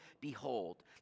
behold